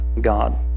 god